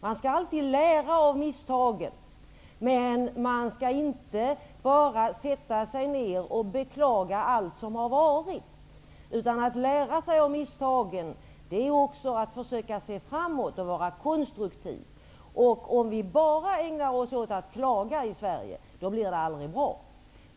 Man skall alltid lära av misstagen, men man skall inte bara sätta sig ner och beklaga allt som har varit. Att lära av misstagen innebär också att man försöker se framåt och är konstruktiv. Om vi bara ägnar oss åt att klaga i Sverige blir det aldrig bra.